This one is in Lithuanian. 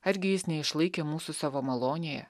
argi jis neišlaikė mūsų savo malonėje